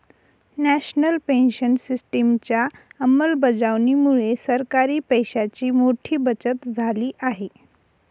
national pension सिस्टिमच्या अंमलबजावणीमुळे सरकारी पैशांची मोठी बचत झाली आहे